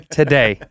today